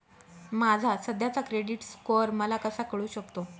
माझा सध्याचा credit score मला कसा कळू शकतो?